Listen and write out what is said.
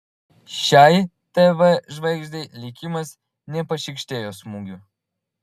šiai tv žvaigždei likimas nepašykštėjo smūgių